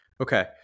Okay